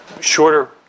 Shorter